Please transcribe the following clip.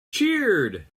cheered